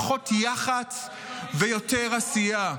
פחות יח"צ ויותר עשייה.